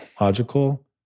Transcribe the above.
logical